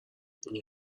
این